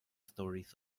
stories